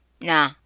Nah